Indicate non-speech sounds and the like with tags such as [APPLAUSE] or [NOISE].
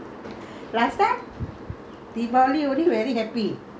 !huh! now you get old already you cannot come and help me is it [LAUGHS]